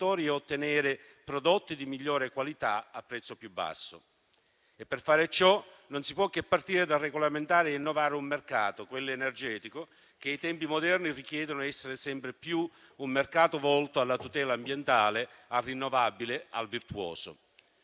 e ottenere prodotti di migliore qualità a prezzo più basso. Per fare ciò non si può che partire dal regolamentare e innovare un mercato, quello energetico, che i tempi moderni richiedono essere sempre più un mercato volto alla tutela ambientale, al rinnovabile, al virtuoso.